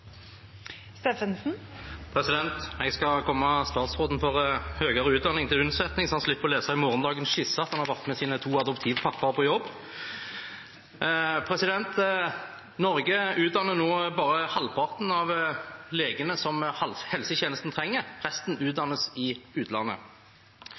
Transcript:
Jeg skal komme statsråden for høyere utdanning til unnsetning, så han slipper å lese i morgendagens skisse at han har vært med sine to adoptivpappaer på jobb. Norge utdanner nå bare halvparten så mange leger som helsetjenesten trenger. Resten